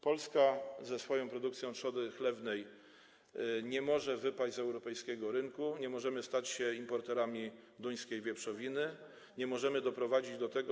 Polska ze swoją produkcją trzody chlewnej nie może wypaść z europejskiego rynku, nie możemy stać się importerami duńskiej wieprzowiny, nie możemy doprowadzić do tego.